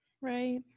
Right